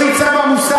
לפי צו המוסר,